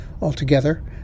Altogether